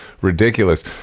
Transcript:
ridiculous